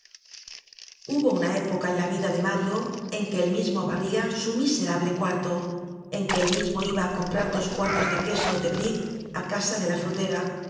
hubo una época en la vida de mario en que él mismo harria su miserable cuarto en que él mismo ibaá comprar dos cuartos de queso de bric á casa de la frutera